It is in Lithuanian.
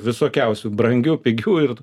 visokiausių brangių pigių ir